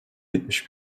yetmiş